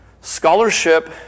Scholarship